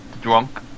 drunk